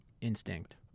instinct